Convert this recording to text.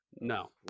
No